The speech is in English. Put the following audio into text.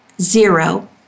zero